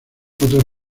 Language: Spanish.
otras